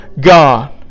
God